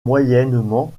moyennement